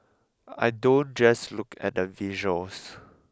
I don't just look at the visuals